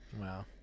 wow